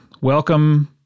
Welcome